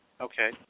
Okay